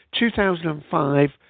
2005